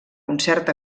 concert